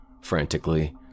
frantically